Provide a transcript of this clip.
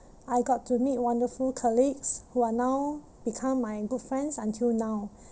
I got to meet wonderful colleagues who are now become my good friends until now